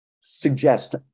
suggest